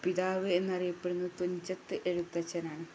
പിതാവെന്ന് അറിയപ്പെടുന്നത് തുഞ്ചത്ത് എഴുത്തച്ഛനാണ്